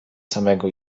samego